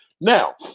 Now